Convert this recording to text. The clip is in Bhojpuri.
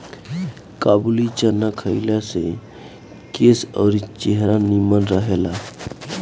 काबुली चाना खइला से केस अउरी चेहरा निमन रहेला